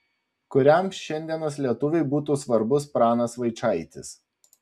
kuriam šiandienos lietuviui būtų svarbus pranas vaičaitis